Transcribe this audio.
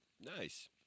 Nice